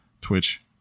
twitch